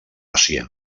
àsia